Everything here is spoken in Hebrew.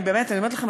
אני אומרת לכם,